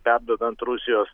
perduodant rusijos